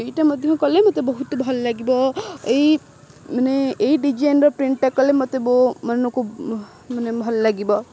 ଏଇଟା ମଧ୍ୟ କଲେ ମତେ ବହୁତ ଭଲ ଲାଗିବ ଏଇ ମାନେ ଏଇ ଡିଜାଇନ୍ର ପ୍ରିଣ୍ଟ୍ଟା କଲେ ମୋତେ ବୋଉ ମନକୁ ମାନେ ଭଲ ଲାଗିବ